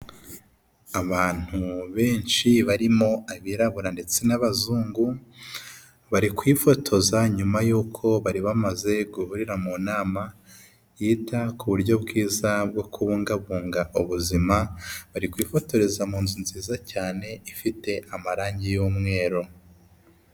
Abantu benshi barimo abirabura ndetse n'abazungu, bari kwifotoza nyuma y'uko bari bamaze guhurira mu nama, yita ku buryo bwiza bwo kubungabunga ubuzima, bari kwifotoreza mu nzu nziza cyane ifite amarange y'umweru.